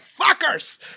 fuckers